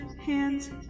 hands